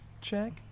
check